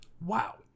Wow